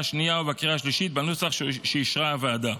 השנייה ובקריאה השלישית בנוסח שאישרה הוועדה.